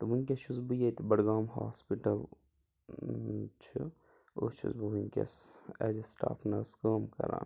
تہٕ وُنٛکیٚس چھُس بہٕ ییٚتہِ بڈگام ہاسپِٹَل ٲں چھُ أتۍ چھُس بہٕ وُنٛکیٚس ایز اےٚ سِٹاف نٔرٕس کٲم کَران